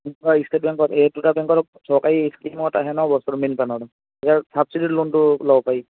কি কয় ষ্টেট বেংকত এই দুটা বেংকৰ চৰকাৰী স্কিমত আহে ন বস্তুটো মীন পালনৰ তেতিয়া চাবচিডি লোনটো ল'ব পাৰি